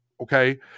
okay